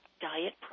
diet